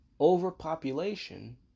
Overpopulation